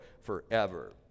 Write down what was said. forever